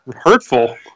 hurtful